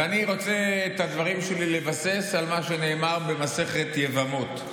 ואני רוצה לבסס את הדברים שלי על מה שנאמר במסכת יבמות,